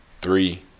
three